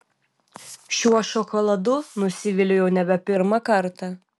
šiuo šokoladu nusiviliu jau nebe pirmą kartą